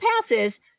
passes